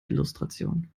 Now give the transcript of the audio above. illustration